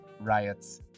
riots